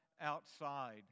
outside